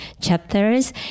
chapters